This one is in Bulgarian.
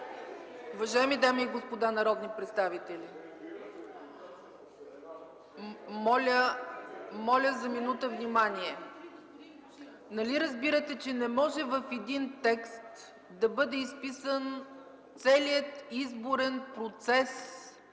Уважаеми дами и господа народни представители, моля за минута внимание. Нали разбирате, че в един текст не може да бъде изписан целият изборен процес.